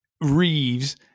Reeves